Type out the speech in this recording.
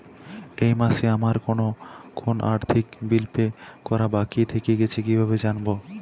এই মাসে আমার কোন কোন আর্থিক বিল পে করা বাকী থেকে গেছে কীভাবে জানব?